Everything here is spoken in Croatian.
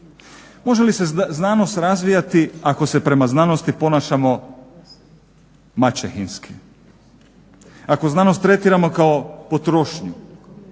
Može li se znanost razvijati ako se prema znanosti ponašamo maćehinski, ako znanost tretiramo kao potrošnju.